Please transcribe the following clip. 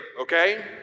Okay